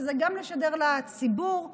וזה גם משדר לציבור שאנחנו,